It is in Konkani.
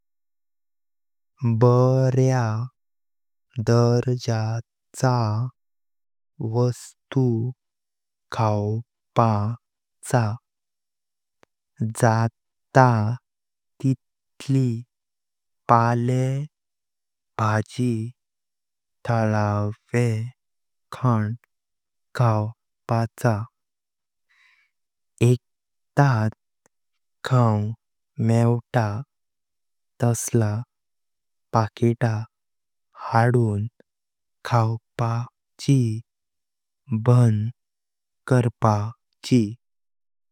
बार्य दारजाचं वस्तु खाऊपाचं। जाता तितली पळे भाजी, थळावे खानं खाऊपाचं। एकदात खाऊन मेवता तसला पकिता हाडून खाऊपाची बंद करपाची।